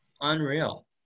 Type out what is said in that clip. Unreal